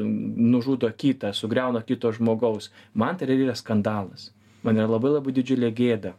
nužudo kitą sugriauna kito žmogaus man tai yra didelis skandalas man yra labai labai didžiulė gėda